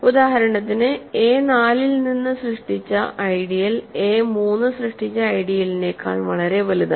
ഉദാഹരണത്തിന് എ നാലിൽ നിന്ന് സൃഷ്ടിച്ച ഐഡിയൽ എ 3 സൃഷ്ടിച്ച ഐഡിയലിനേക്കാൾ വളരെ വലുതാണ്